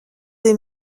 des